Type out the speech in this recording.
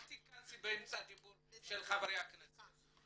אל תיכנסי באמצע הדיבור של חברי הכנסת.